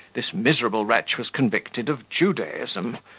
this miserable wretch was convicted of judaism,